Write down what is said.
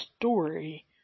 story